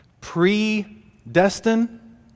Predestined